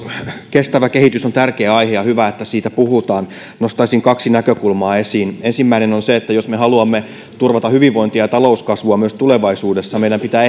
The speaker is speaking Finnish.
kestävä kehitys on tärkeä aihe ja on hyvä että siitä puhutaan nostaisin kaksi näkökulmaa esiin ensimmäinen on se että jos me haluamme turvata hyvinvointia ja talouskasvua myös tulevaisuudessa meidän pitää